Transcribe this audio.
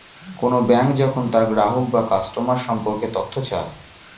কোন ব্যাঙ্ক যখন তার গ্রাহক বা কাস্টমার সম্পর্কে তথ্য চায়